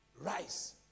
Rise